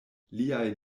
liaj